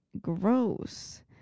Gross